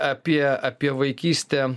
apie apie vaikystę